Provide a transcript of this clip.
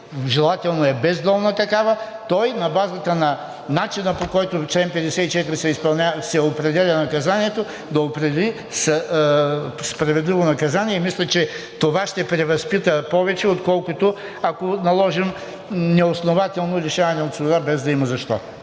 желателно е без долна такава, той на базата на начина, по който, чл. 54, се определя наказанието, да определи справедливо наказание. Мисля, че това ще превъзпита повече, отколкото ако наложим неоснователно лишаване от свобода, без да има защо.